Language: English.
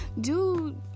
dude